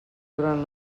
durant